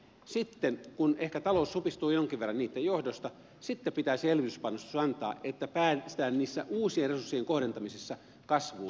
sitten kun ehkä talous supistuu jonkin verran niitten johdosta pitäisi elvytyspanostus antaa että päästään niissä uusien resurssien kohdentamisissa kasvuun